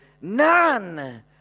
None